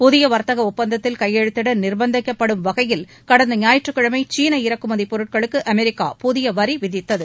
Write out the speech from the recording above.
புதிய வர்த்தக ஒப்பந்தத்தில் கையெழுத்திட நிர்பந்தப்படுத்தும் வகையில் கடந்த ஞாயிற்றுக்கிழமை சீன இறக்குமதி பொருட்களுக்கு அமெரிக்கா புதிய வரி விதித்தது